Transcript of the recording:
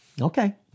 Okay